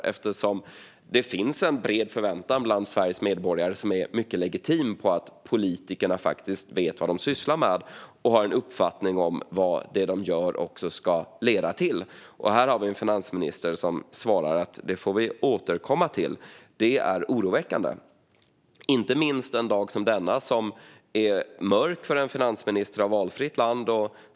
Det finns en bred och mycket legitim förväntan bland Sveriges medborgare på att politikerna faktiskt ska veta vad de sysslar med och ha en uppfattning om vad det de gör ska leda till. Här har vi nu en finansminister som svarar att det får vi återkomma till. Detta är oroväckande, inte minst en dag som denna som är mörk för finansministrar i alla länder.